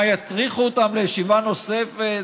מה, יטריחו אותם לישיבה נוספת?